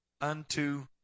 unto